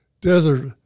desert